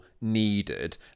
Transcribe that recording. needed